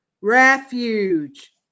refuge